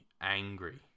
angry